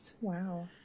Wow